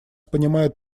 понимают